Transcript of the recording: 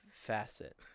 facet